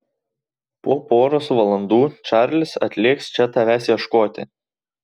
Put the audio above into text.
po poros valandų čarlis atlėks čia tavęs ieškoti